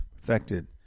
perfected